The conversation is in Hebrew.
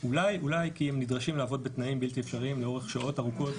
אולי אולי כי הם נדרשים לעבוד בתנאים בלתי אפשריים לאורך שעות ארוכות